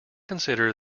consider